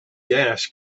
gas